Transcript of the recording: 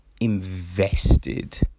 invested